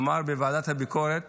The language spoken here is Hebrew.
אמר בוועדת הביקורת